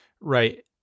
Right